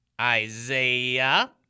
Isaiah